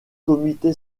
comité